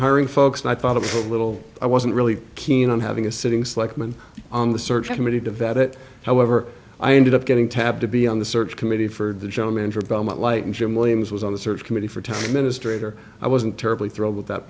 hiring folks and i thought of a little i wasn't really keen on having a sitting selectman on the search committee to vet it however i ended up getting tapped to be on the search committee for the gentlemen for belmont light and jim williams was on the search committee for ten minutes straight or i wasn't terribly thrilled with that